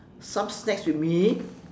some snacks with me